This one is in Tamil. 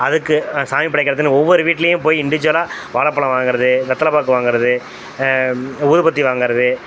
அதுக்கு சாமி படைக்கிறதுன்னு ஒவ்வொரு வீட்லையும் போய் இண்டிவிஜுவலாக வாழப் பழம் வாங்கறது வெத்தலை பாக்கு வாங்கறது ஊதுபத்தி வாங்கறது